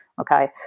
okay